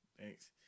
Thanks